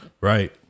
Right